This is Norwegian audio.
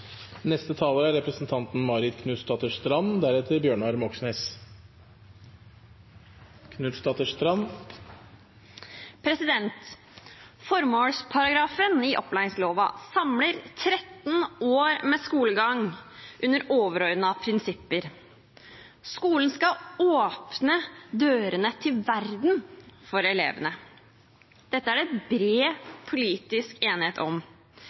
Formålsparagrafen i opplæringsloven samler 13 år med skolegang under overordnede prinsipper. Skolen skal åpne dørene til verden for elevene. Dette er det bred politisk enighet om.